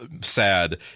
sad